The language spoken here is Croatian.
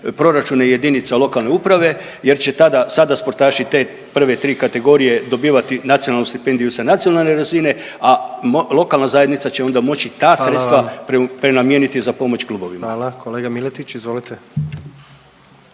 proračune JLS jer će tada, sada sportaši te prve tri kategorije dobivati nacionalnu stipendiju sa nacionalne razine, a lokalna zajednica će onda moći ta sredstva…/Upadica predsjednik: Hvala vam/…prenamijeniti